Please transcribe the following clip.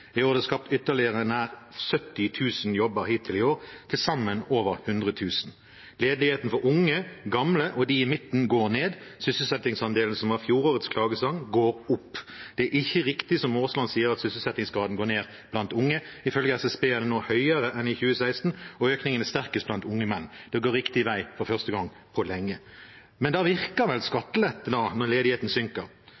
det er skapt ytterligere nær 70 000 jobber hittil i år – til sammen over 100 000. Ledigheten for unge, gamle og dem i midten går ned. Sysselsettingsandelen, som var fjorårets klagesang, går opp. Det er ikke riktig, som representanten Aasland sier, at sysselsettingsgraden blant unge går ned. Ifølge SSB er den nå høyere enn i 2016, og økningen er sterkest blant unge menn. Det går riktig vei for første gang på lenge. Da virker vel